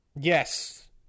Yes